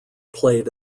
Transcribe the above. played